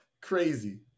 crazy